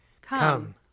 Come